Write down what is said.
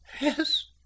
yes